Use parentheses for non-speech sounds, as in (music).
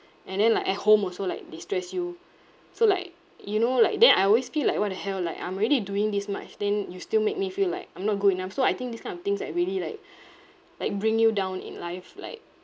and then like at home also like they stress you so like you know like then I always feel like what the hell like I'm already doing this much then you still make me feel like I'm not good enough so I think this kind of things like really like (breath) like bring you down in life like